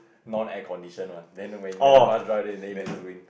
non air conditioned one then when when the bus drives then then into the rain